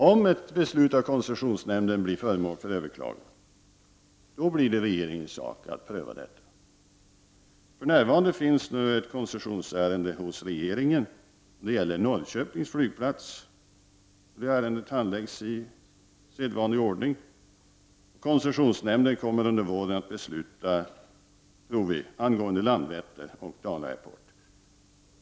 Om ett beslut av koncessionsnämnden blir föremål för överklagande blir det regeringens sak att pröva detta. För närvarande finns ett koncessionsärende hos regeringen. Det gäller Norrköpings flygplats. Ärendet handläggs i sedvanlig ordning, och koncessionsnämnden kommer, tror vi, att under våren fatta beslut om Landvetter och Dala Airport.